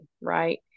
right